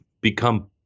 become